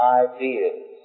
ideas